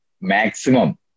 maximum